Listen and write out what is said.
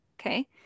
okay